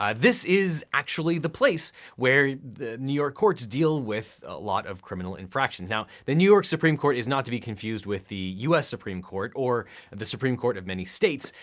um this is actually the place where new york courts deal with a lot of criminal infractions. now the new york supreme court is not to be confused with the us supreme court or the supreme court of many states.